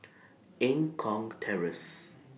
Eng Kong Terrace